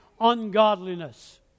ungodliness